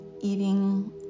eating